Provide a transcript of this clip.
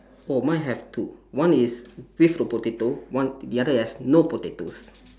oh mine have two one is filled with potato one the other has no potatoes